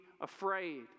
afraid